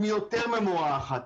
עם יותר ממורה אחת,